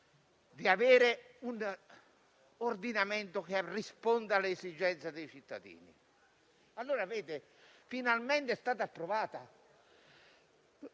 di avere un ordinamento che risponde alle esigenze dei cittadini. Finalmente è stato approvato